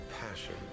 passion